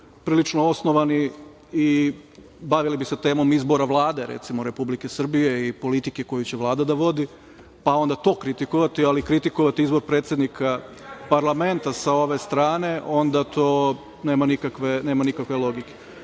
prilično osnovani i bavili bi se temom izbora Vlade, recimo, Republike Srbije i politike koju će Vlada da vodi, pa onda to kritikovati, ali kritikovati izbor predsednika parlamenta sa ove strane, onda to nema nikakve logike. Isto